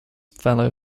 fellow